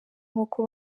nk’uko